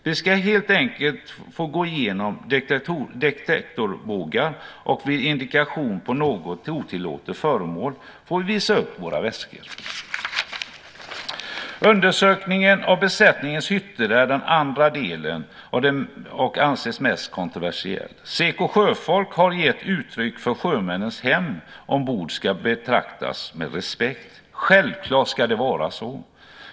Vi ska helt enkelt gå igenom detektorbågar, och vid indikation på något otillåtet föremål får vi visa upp våra väskor. Undersökningen av besättningens hytter är den andra delen av det som anses kontroversiellt. SEKO sjöfolk har gett uttryck för att sjömännens hem ombord ska betraktas med respekt. Självklart ska det vara så.